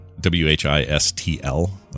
w-h-i-s-t-l